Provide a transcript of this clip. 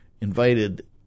invited